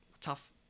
tough